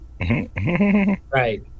Right